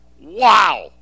wow